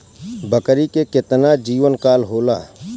बकरी के केतना जीवन काल होला?